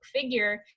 figure